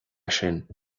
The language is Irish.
sin